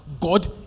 God